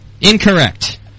Incorrect